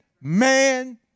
man